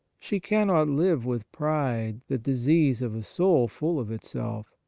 she cannot live with pride, the disease of a soul full of itself.